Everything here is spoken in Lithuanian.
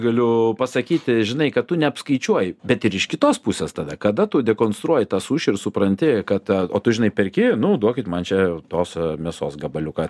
galiu pasakyti žinai kad tu neapskaičiuoji bet ir iš kitos pusės tada kada tu dekonstruoji tą suši ir supranti kad o tu žinai perki nu duokit man čia tos mėsos gabaliuką